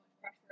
pressure